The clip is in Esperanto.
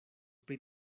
pri